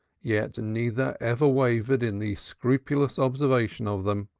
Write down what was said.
yet neither ever wavered in the scrupulous observance of them,